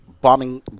bombing